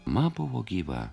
ma buvo gyva